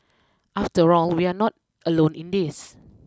after all we are not alone in this